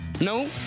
No